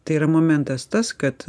tai yra momentas tas kad